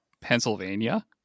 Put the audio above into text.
Pennsylvania